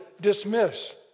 dismiss